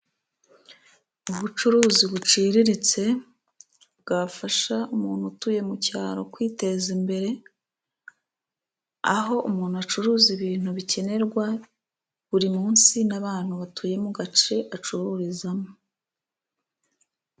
Ubucuruzi buciriritse bwafasha umuntu utuye mu cyaro kwiteza imbere， aho umuntu acuruza ibintu bikenerwa buri munsi n'abantu batuye mu gace acururizamo.